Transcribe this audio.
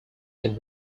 can